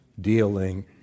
dealing